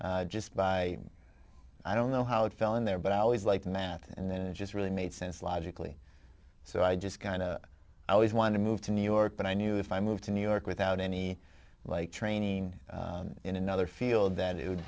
just by i don't know how it fell in there but i always liked math and then it just really made sense logically so i just kind of i always wanted to move to new york but i knew if i moved to new york without any like training in another field that it would